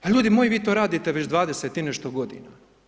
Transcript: Pa ljudi moji, vi to radite već 20 i nešto godina.